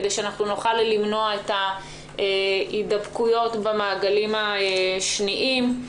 כדי שנוכל למנוע הידבקויות במעגלים השניים.